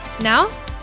Now